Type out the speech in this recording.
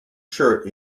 shirt